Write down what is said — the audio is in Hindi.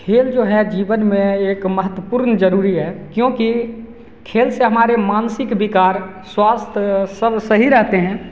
खेल जो है जीवन में एक महत्वपूर्ण ज़रूरी है क्योंकि खेल से हमारे मानसिक विकार स्वास्थय सब सही रहते हैं